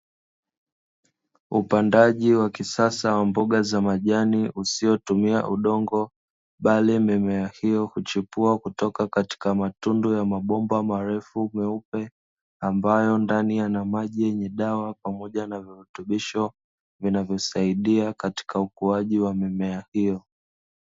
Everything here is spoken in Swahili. Upandaji wa kisasa wa mboga za majani usiotumia udongo, bali mimea hiyo huchipua kutoka katika matundu ya mabomba marefu meupe ambayo ndani yana dawa pamoja na virutubisho vinavyosaidia katika ukuaji wa mimea hiyo.